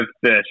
fish